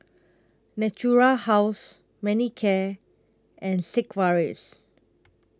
Natura House Manicare and Sigvaris